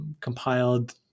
compiled